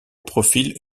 profil